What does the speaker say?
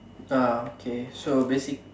ah okay so basic